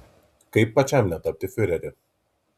kaip pačiam netapti fiureriu